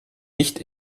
nicht